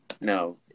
No